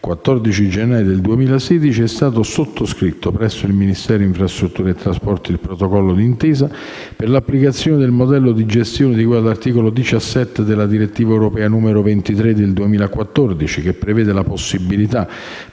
il 14 gennaio 2016 è stato sottoscritto presso il Ministero delle infrastrutture e dei trasporti il protocollo di intesa per l'applicazione del modello di gestione di cui all'articolo 17 della direttiva europea n. 23 del 2014, che prevede la possibilità